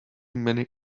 many